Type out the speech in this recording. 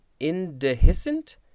Indehiscent